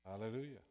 Hallelujah